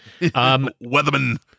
Weatherman